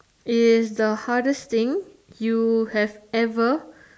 is the hardest thing you have ever